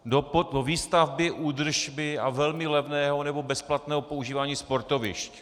Do výstavby, údržby a velmi levného nebo bezplatného používání sportovišť.